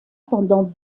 pendant